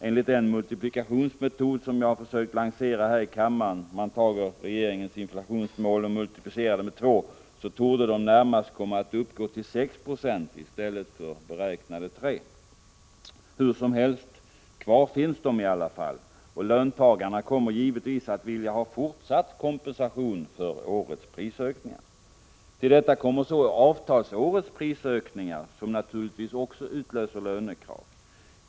Enligt den multiplikationsmetod som jag försökt lansera här i kammaren — man tager regeringens inflationsmål och multiplicerar det med två — torde de närmast komma att uppgå till 6 26 i stället för beräknade 3. Hur som helst, kvar finns de i alla fall, och löntagarna kommer givetvis att vilja ha fortsatt kompensation för årets prisökningar. Till detta kommer så avtalsårets prisökningar, som naturligtvis också utlöser lönekrav.